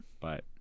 but-